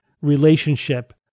relationship